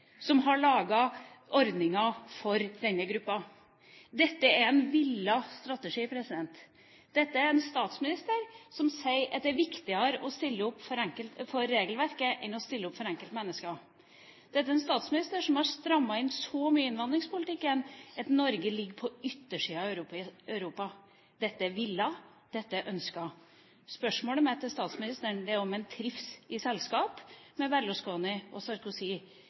som har laget ordninger for denne gruppen. Dette er en villet strategi. Dette er en statsminister som sier at det er viktigere å stille opp for regelverket enn å stille opp for enkeltmennesker. Dette er en statsminister som har strammet inn så mye i innvandringspolitikken at Norge ligger på yttersiden av Europa. Dette er villet. Dette er ønsket. Spørsmålet mitt til statsministeren er om han trives i selskap med Berlusconi og